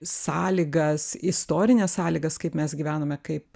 sąlygas istorines sąlygas kaip mes gyvenome kaip